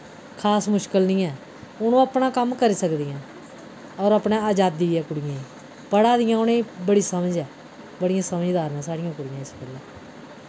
खास मुश्कल नि ऐ हुन ओह् अपना कम्म करी सकदियां और अपनै अजादी ऐ कुड़ियें पढ़ा दियां उ'नें बड़ी समझ ऐ बड़ियां समझदार न साढ़ियां कुड़ियां इस बेल्लै